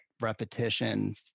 repetition